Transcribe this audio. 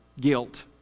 guilt